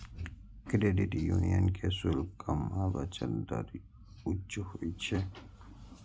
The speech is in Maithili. क्रेडिट यूनियन के शुल्क कम आ बचत दर उच्च होइ छै